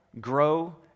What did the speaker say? grow